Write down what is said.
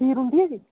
ਖੀਰ ਹੁੰਦੀ ਆ ਜੀ